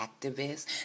activist